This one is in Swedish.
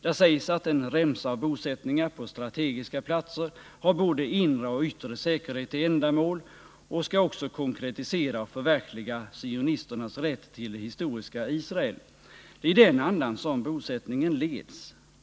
Där sägs också att en remsa av bosättningar på strategiska platser har bevarandet av både inre och yttre säkerhet till ändamål och skall konkretisera och förverkliga sionisternas rätt till det historiska Israel. Det är i den andan som bosättningen leds.